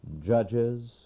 judges